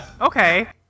Okay